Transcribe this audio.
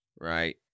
Right